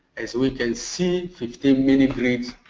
as we can see, fifteen mini grids